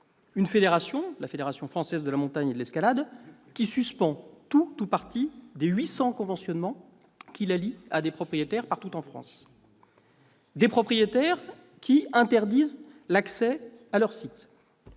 une fédération, la Fédération française de la montagne et de l'escalade, qui suspend tout ou partie des 800 conventionnements qui la lient à des propriétaires partout en France ; des propriétaires qui interdisent l'accès à leurs sites